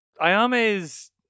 Ayame's